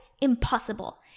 Impossible